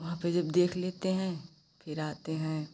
वहाँ पे जब देख लेते हैं फिर आते हैं